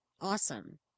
awesome